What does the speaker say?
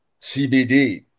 CBD